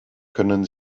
können